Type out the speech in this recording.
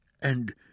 And